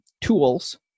tools